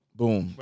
boom